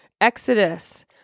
Exodus